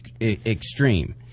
extreme